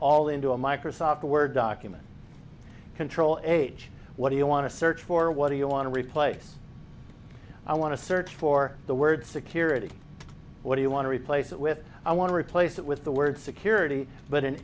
all into a microsoft word document control age what do you want to search for what do you want to replace i want to search for the word security what do you want to replace it with i want to replace it with the word security but an